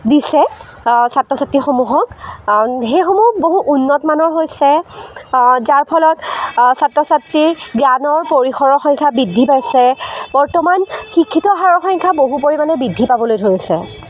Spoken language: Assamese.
দিছে ছাত্ৰ ছাত্ৰীসমূহক সেইসমূহ বহু উন্নতমানৰ হৈছে যাৰফলত ছাত্ৰ ছাত্ৰীৰ জ্ঞানৰ পৰিসৰৰ সংখ্যা বৃদ্ধি পাইছে বৰ্তমান শিক্ষিত হাৰৰ সংখ্যা বহু পৰিমানে বৃদ্ধি পাবলৈ ধৰিছে